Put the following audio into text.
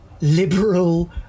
liberal